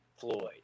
Floyd